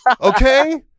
Okay